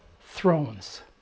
thrones